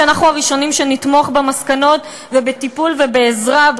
אנחנו הראשונים שנתמוך במסקנות ובטיפול ובעזרה,